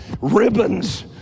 ribbons